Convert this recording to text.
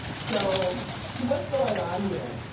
so what's going on here?